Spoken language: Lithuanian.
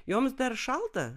joms dar šalta